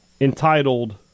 entitled